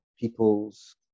people's